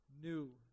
new